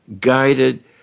guided